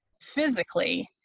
physically